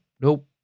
nope